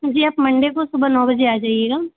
जी आप मंडे को सुबह नौ बजे आ जाइएगा